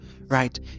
right